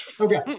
Okay